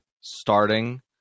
starting